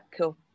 cool